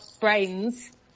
brains